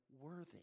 worthy